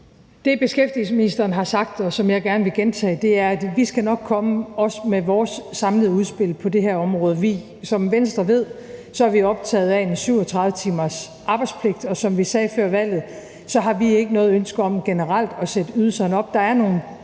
Det, beskæftigelsesministeren har sagt, og som jeg gerne vil gentage, er, at vi også nok skal komme med vores samlede udspil på det her område. Som Venstre ved, er vi optaget af en 37 timers arbejdspligt, og som vi sagde før valget, har vi ikke noget ønske om generelt at sætte ydelserne op. Der er nogle